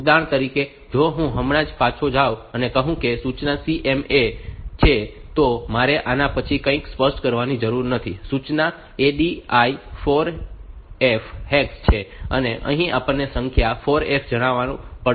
ઉદાહરણ તરીકે જો હું હમણાં જ પાછો જાઉં અને કહું કે આ સૂચના CMA છે તો મારે આના પછી કંઈપણ સ્પષ્ટ કરવાની જરૂર નથી અને સૂચના ADI 4Fh છે અને અહીં આપણે સંખ્યા 4F જણાવવો પડશે